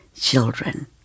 children